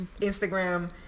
Instagram